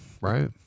Right